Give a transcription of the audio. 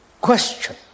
question